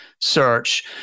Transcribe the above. search